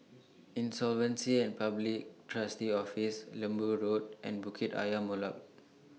Insolvency and Public Trustee's Office Lembu Road and Bukit Ayer Molek